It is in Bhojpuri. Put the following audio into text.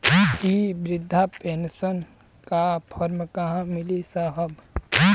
इ बृधा पेनसन का फर्म कहाँ मिली साहब?